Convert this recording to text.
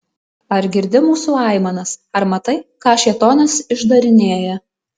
ar girdi mūsų aimanas ar matai ką šėtonas išdarinėja